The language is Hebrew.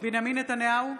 בנימין נתניהו,